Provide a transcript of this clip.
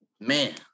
man